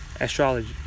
Astrology